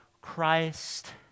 Christ